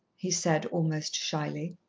he said, almost shyly.